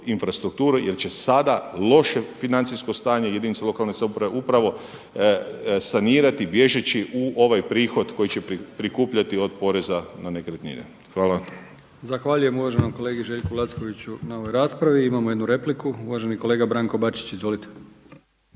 infrastrukturu jer će sada loše financijsko stanje jedinica lokalne samouprave upravo sanirati bježeći u ovaj prihod koji će prikupljati od poreza na nekretnine. Hvala. **Brkić, Milijan (HDZ)** Zahvaljujem uvaženom kolegi Željku Lackoviću na ovoj raspravi. Imamo jednu repliku. Uvaženi kolega Branko Bačić. Izvolite.